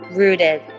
rooted